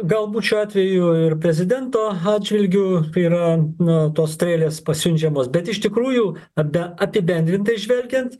galbūt šiuo atveju ir prezidento atžvilgiu tai yra na tos strėlės pasiunčiamos bet iš tikrųjų abda apibendrintai žvelgiant